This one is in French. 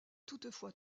toutefois